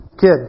kid